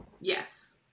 Yes